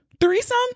threesome